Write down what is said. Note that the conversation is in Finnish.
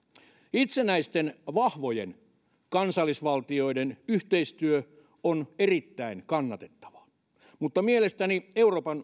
itsenäisten vahvojen kansallisvaltioiden yhteistyö on erittäin kannatettavaa mutta mielestäni euroopan